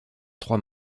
trois